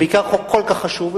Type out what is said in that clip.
במיוחד חוק כל כך חשוב.